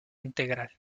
integral